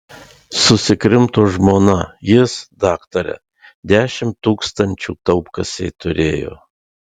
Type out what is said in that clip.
susikrimto žmona jis daktare dešimt tūkstančių taupkasėj turėjo